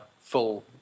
full